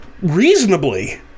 reasonably